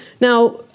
Now